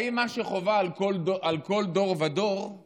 האם מה שחובה על כל דור ודור הוא